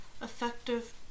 effective